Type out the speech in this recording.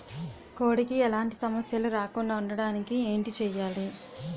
కోడి కి ఎలాంటి సమస్యలు రాకుండ ఉండడానికి ఏంటి చెయాలి?